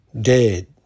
dead